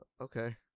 okay